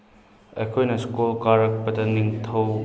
ꯑꯩꯈꯣꯏꯅ ꯁ꯭ꯀꯨꯜ ꯀꯥꯔꯛꯄꯗ ꯅꯤꯡꯊꯧ